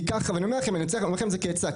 אני נותן לכם את זה כעצה,